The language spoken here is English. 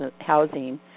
housing